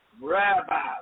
Rabbi